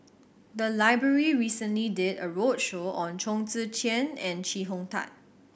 the library recently did a roadshow on Chong Tze Chien and Chee Hong Tat